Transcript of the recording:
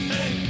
Hey